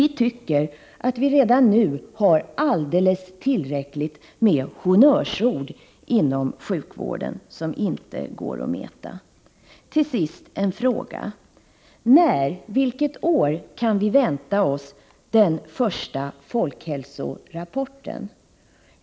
Vi tycker nämligen att vi redan nu har alldeles tillräckligt med honnörsord inom sjukvården, vilka det inte går att mäta. Till sist en fråga: Vilket år kan vi vänta den första folkhälsorapporten?